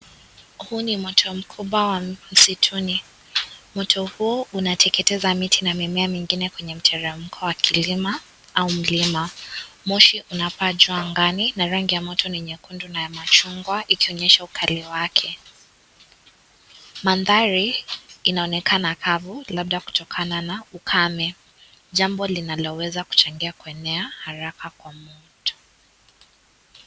Huu ni moto mkubwa wa msituni. Moto huu unateketeza miti na mimea mingine kwenye mteremko wa kilima au mlima. Moshi unapaa juu angani na rangi ya moto ni nyekundu na ya machungwa ikionyesha ukali wake. Manthari inaonekana kavu labda kutokana na ukame jambo linaloweza kuchochea kuenea haraka kwa moto.